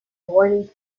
gräulich